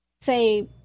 say